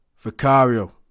Vicario